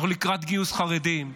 אנחנו לקראת גיוס חרדים,